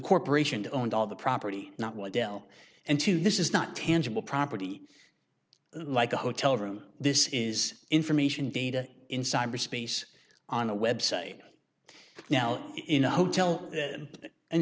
corporation owned all the property not one dell and two this is not tangible property like a hotel room this is information data in cyberspace on a website now in a hotel in a